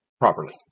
Properly